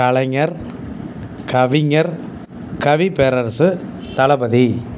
கலைஞர் கவிஞர் கவிப்பேரரசு தளபதி